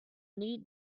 need